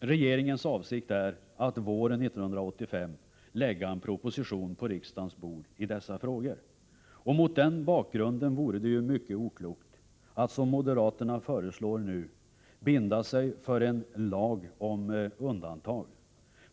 Regeringens avsikt är att våren 1985 lägga en proposition på rikdsdagens bord i dessa frågor. Mot den bakgrunden vore det mycket oklokt att som moderaterna föreslår nu binda sig för en lag om undantag.